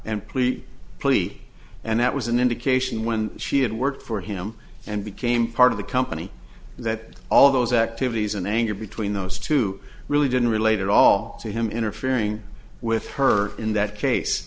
and plea plea and that was an indication when she had worked for him and became part of the company that all those activities and anger between those two really didn't relate at all to him interfering with her in that case